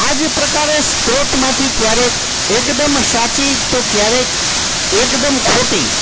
આજ પ્રકારે સ્ત્રોતમાંથી ક્યારેક એક દમ સાચી જ અને ક્યારેક એક દમ ખોટી